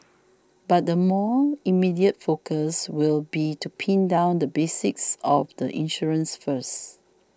but the more immediate focus will be to pin down the basics of the insurance first